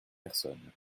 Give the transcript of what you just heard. personne